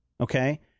Okay